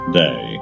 day